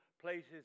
places